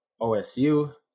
OSU